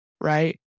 right